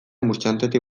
murchantetik